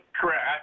Correct